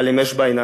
אבל עם אש בעיניים.